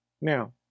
Now